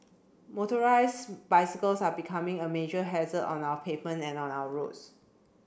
motorised bicycles are becoming a major hazard on our pavement and on our roads